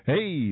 Hey